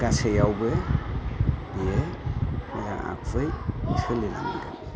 गासैयावबो बियो मोजां आखुयै सोलिनांगोन